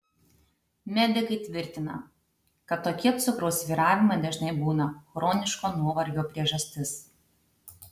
medikai tvirtina kad tokie cukraus svyravimai dažnai būna chroniško nuovargio priežastis